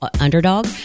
Underdog